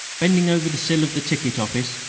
bending over the sill of the ticket office,